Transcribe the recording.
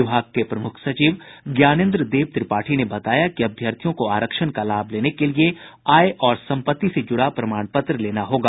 विभाग के प्रमुख सचिव ज्ञानेन्द्र देव त्रिपाठी ने बताया कि अभ्यर्थियों को आरक्षण का लाभ लेने के लिए आय और सम्पत्ति से जुड़ा प्रमाण पत्र लेना होगा